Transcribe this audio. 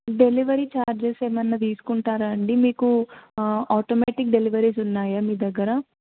delivery charges ఏమన్నా తీసుకుంటారా అండి మీకు ఆటోమేటిక్ డెలివరీస్ ఉన్నాయా మీ దగ్గర